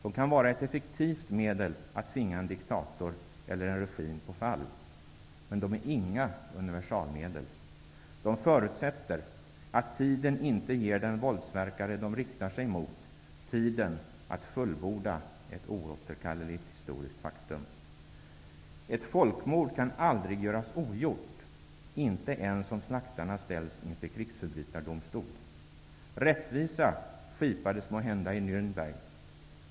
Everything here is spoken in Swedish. De kan vara ett effektivt medel att tvinga en diktator eller en regim på fall. Men de är inga universalmedel. De förutsätter att den våldsverkare de riktar sig emot inte ges tid att fullborda ett oåterkalleligt historiskt faktum. Ett folkmord kan aldrig göras ogjort -- inte ens om slaktarna ställs inför krigsförbrytardomstol. Rättvisa skipades måhända i Nürnberg.